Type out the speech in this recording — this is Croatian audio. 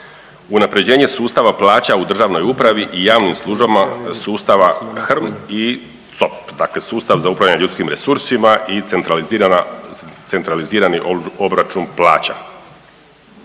unapređenje sustava plaća u državnoj upravi i javnim službama sustava HRM i COP dakle Sustav za upravljanje ljudskim resursima i Centralizirani obračun plaća.